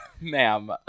Ma'am